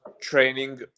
training